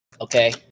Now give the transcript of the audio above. Okay